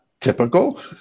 typical